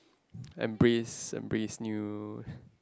embrace embrace new